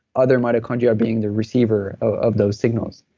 other mitochondria being the receiver of those signals.